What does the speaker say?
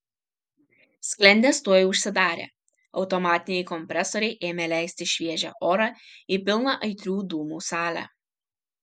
sklendės tuoj užsidarė automatiniai kompresoriai ėmė leisti šviežią orą į pilną aitrių dūmų salę